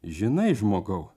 žinai žmogau